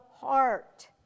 heart